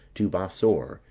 to bosor,